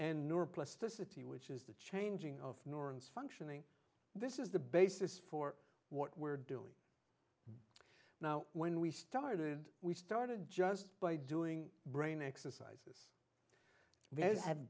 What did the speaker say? and neuroplasticity which is the changing of neurons functioning this is the basis for what we're doing now when we started we started just by doing brain exercise we ha